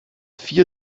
vier